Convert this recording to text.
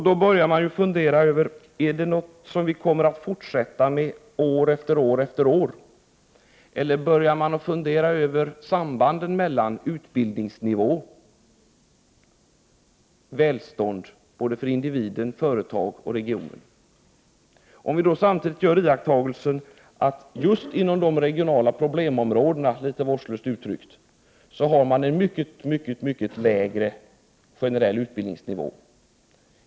Då är frågan, om det är något som man kommer att fortsätta med år efter år eller om man börjar fundera över sambanden mellan utbildningsnivå och välstånd för individer, företag och regioner. Samtidigt kan vi göra iakttagelsen att just inom de regionala problemområdena, litet vårdslöst uttryckt, har man en mycket lägre generell utbildningsnivå.